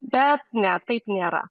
bet ne taip nėra